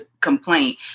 complaint